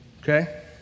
Okay